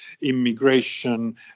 immigration